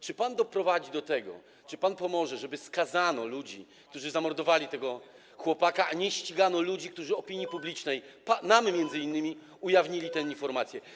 Czy pan doprowadzi do tego, czy pan pomoże, żeby skazano ludzi, którzy zamordowali tego chłopaka, a nie ścigano ludzi, którzy opinii publicznej, nam m.in., ujawnili te informacje?